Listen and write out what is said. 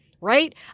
right